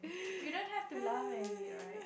you don't have to laugh at it right